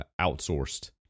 outsourced